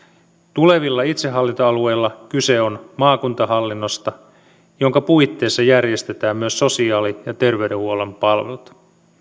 tulevilla itsehallintoalueilla kyse on maakuntahallinnosta jonka puitteissa järjestetään myös sosiaali ja terveydenhuollon palvelut